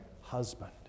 husband